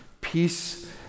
peace